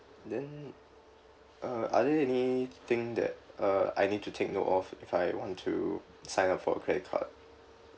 then uh are there any thing that uh I need to take note of if I want to sign up for a credit card